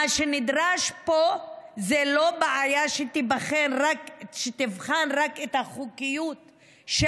מה שנדרש פה זה לא לבחון רק את החוקיות של